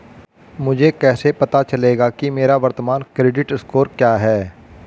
मुझे कैसे पता चलेगा कि मेरा वर्तमान क्रेडिट स्कोर क्या है?